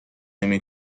نمی